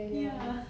ya